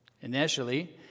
Initially